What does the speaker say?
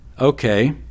okay